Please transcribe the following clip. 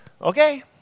okay